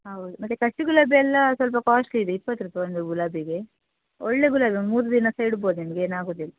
ಹೌದು ಮತ್ತು ಕಸಿ ಗುಲಾಬಿ ಎಲ್ಲ ಸ್ವಲ್ಪ ಕಾಸ್ಟ್ಲಿ ಇದೆ ಇಪ್ಪತ್ತು ರೂಪಾಯಿ ಒಂದು ಗುಲಾಬಿಗೆ ಒಳ್ಳೆಯ ಗುಲಾಬಿ ಒಂದು ಮೂರು ದಿನ ಸಹ ಇಡ್ಬೋದು ನಿಮಗೆ ಏನಾಗೂದಿಲ್ಲ